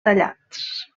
tallats